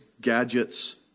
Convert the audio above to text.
gadgets